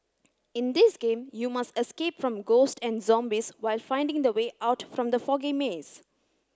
in this game you must escape from ghosts and zombies while finding the way out from the foggy maze